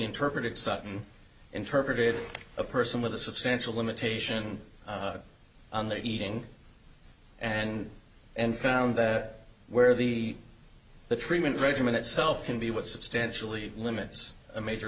interpret it sudden interpret it a person with a substantial limitation on the eating and and found that where the the treatment regimen itself can be what substantially limits a major